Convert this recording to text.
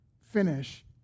finish